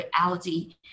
reality